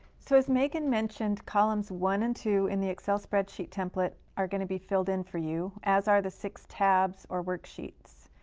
so, as megan mentioned, columns one and two in the excel spreadsheet template are going to be filled in for you, as are the six tabs or worksheets.